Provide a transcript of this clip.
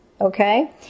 okay